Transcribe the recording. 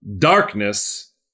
darkness